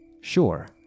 Sure